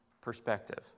perspective